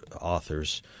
authors